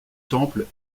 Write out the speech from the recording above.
temple